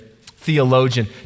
theologian